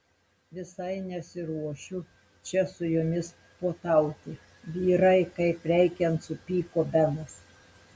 visai nesiruošiu čia su jumis puotauti vyrai kaip reikiant supyko benas